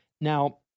Now